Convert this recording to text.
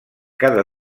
cada